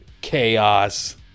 chaos